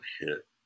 hit